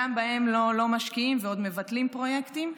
גם בהם לא משקיעים ועוד מבטלים פרויקטים.